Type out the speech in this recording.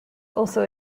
also